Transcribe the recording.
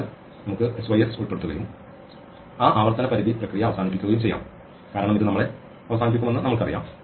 അതിനാൽ നമുക്ക് sys ഉൾപ്പെടുത്തുകയും ആ ആവർത്തന പരിധി പ്രക്രിയ അവസാനിപ്പിക്കുകയും ചെയ്യാം കാരണം ഇത് നമ്മളെ അവസാനിപ്പിക്കുമെന്ന് നമ്മൾക്കറിയാം